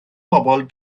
bobol